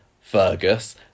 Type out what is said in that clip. Fergus